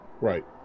Right